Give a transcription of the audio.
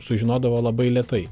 sužinodavo labai lėtai